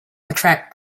attract